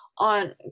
on